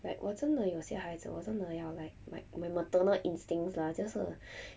like 我真的有些孩子我真的要 like my my maternal instincts lah 就是